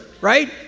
right